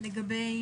לגבי